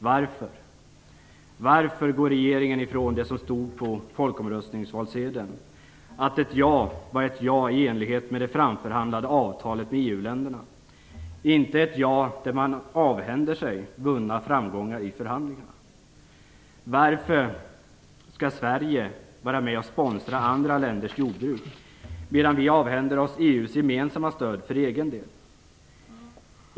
Varför går regeringen ifrån det som stod på valsedeln i folkomröstningen, att ett ja var ett ja i enlighet med det framförhandlade avtalet med EU-länderna? Det var inte ett ja som innebär att man avhänder sig vunna framgångar i förhandlingarna. Varför skall Sverige vara med och sponsra andra länders jordbruk samtidigt som vi avhänder oss EU:s gemensamma stöd för egen del?